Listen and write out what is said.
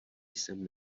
jsem